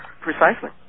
Precisely